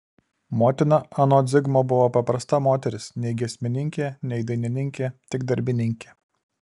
motina anot zigmo buvo paprasta moteris nei giesmininkė nei dainininkė tik darbininkė